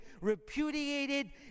repudiated